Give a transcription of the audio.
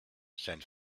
sein